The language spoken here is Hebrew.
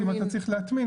אם אתה צריך להטמין,